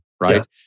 right